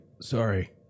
sorry